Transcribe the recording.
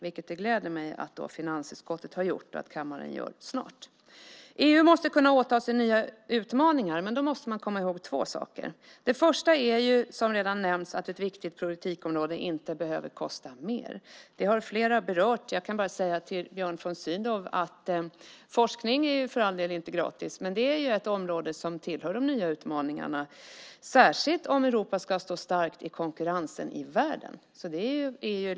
Det gläder mig att finansutskottet har beslutat om det och att kammaren snart gör det. EU måste kunna åta sig nya utmaningar. Men då måste man komma ihåg två saker: Först gäller det, som redan nämnts, att ett viktigt politikområde inte behöver kosta mer. Det har flera berört. Till Björn von Sydow kan jag bara säga: Forskning är för all del inte gratis. Men den är ett område som tillhör de nya utmaningarna, särskilt om Europa ska stå starkt i konkurrensen i världen.